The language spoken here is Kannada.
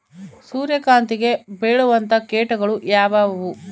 ಸೂರ್ಯಕಾಂತಿಗೆ ಬೇಳುವಂತಹ ಕೇಟಗಳು ಯಾವ್ಯಾವು?